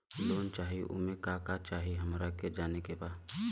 Loan चाही उमे का का चाही हमरा के जाने के बा?